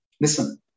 Listen